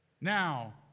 Now